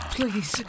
Please